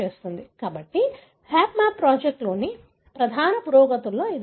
కాబట్టి హాప్మ్యాప్ ప్రాజెక్ట్లోని ప్రధాన పురోగతుల్లో ఇది ఒకటి